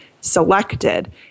selected